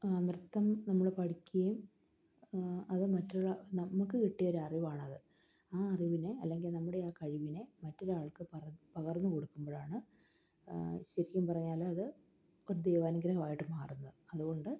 നൃത്തം നമ്മൾ പഠിക്കുകയും അത് മറ്റുള്ള നമുക്ക് കിട്ടിയൊരറിവാണത് ആ അറിവിനെ അല്ലെങ്കിൽ നമ്മുടെ ആ കഴിവിനെ മറ്റൊരാൾക്ക് പകർന്നു കൊടുക്കുമ്പോഴാണ് ശരിക്കും പറഞ്ഞാൽ അത് ഒരു ദൈവാനുഗ്രഹമായിട്ട് മാറുന്നത് അതുകൊണ്ട്